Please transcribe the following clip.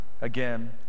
again